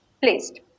placed